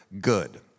good